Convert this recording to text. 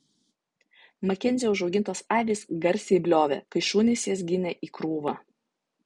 makenzio užaugintos avys garsiai bliovė kai šunys jas ginė į krūvą